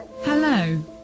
Hello